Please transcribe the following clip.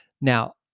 Now